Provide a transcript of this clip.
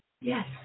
Yes